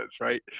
right